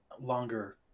longer